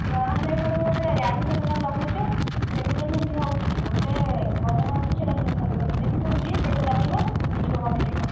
ବ୍ରଣ ପାଇଁ ତୁମେ ବୋଧେ ୟାଡ଼ୁ ସାଡ଼ୁ କ'ଣ ଲଗାଉଛ ସେଥିପାଇଁ ସେମିତି ହେଉଛି ଗୋଟେ ମଲମ ଅଛି ସେଇଟା ଲେଖି ଦେଉଛି ସେଇଟା ଲଗାଇବ ଦେଖିବ କମିଯିବ